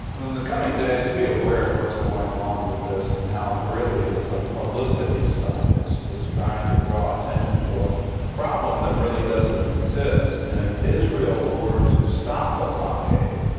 the coming days be aware of what's going on with this and how really it's a publicity stunt. it's it's trying to draw attention to a problem that really doesn't and exist. and if israel were to stop the blockade,